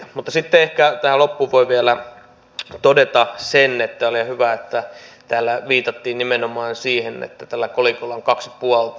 mutta sitten ehkä tähän loppuun voi vielä todeta sen että oli ihan hyvä että täällä viitattiin nimenomaan siihen että tällä kolikolla on kaksi puolta